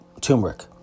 turmeric